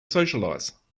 socialize